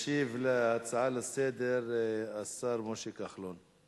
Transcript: ישיב על ההצעה לסדר-היום השר משה כחלון.